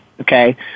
Okay